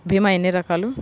భీమ ఎన్ని రకాలు?